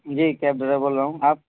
جی cab driver بول رہا ہوں آپ